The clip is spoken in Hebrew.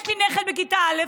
יש לי נכד בכיתה א',